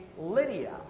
Lydia